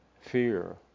Fear